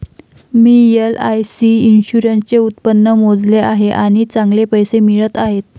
मी LIC इन्शुरन्सचे उत्पन्न मोजले आहे आणि चांगले पैसे मिळत आहेत